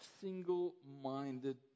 single-minded